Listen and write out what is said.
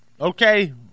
Okay